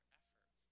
effort